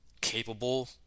capable